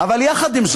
אבל עם זאת,